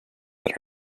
that